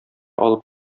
алып